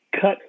cut